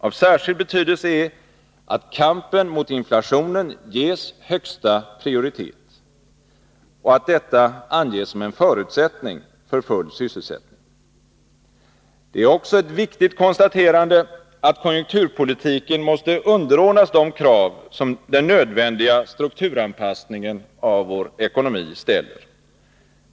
Av särskild betydelse är att kampen mot inflationen ges högsta prioritet och att detta anges som en förutsättning för full sysselsättning. Det är också ett viktigt konstaterande att konjunkturpolitiken måste underordnas de krav som den nödvändiga strukturanpassningen av vår ekonomi ställer.